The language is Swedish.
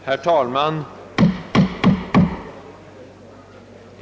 Herr talman!